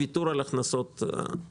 של ויתור על הכנסות המדינה.